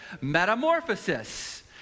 metamorphosis